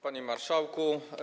Panie Marszałku!